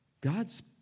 God's